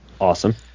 Awesome